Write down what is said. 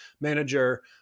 manager